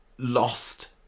lost